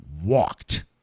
walked